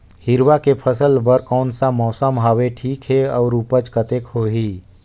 हिरवा के फसल बर कोन सा मौसम हवे ठीक हे अउर ऊपज कतेक होही?